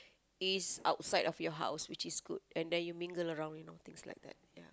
is outside of you house which is good and then you mingle around you know things like that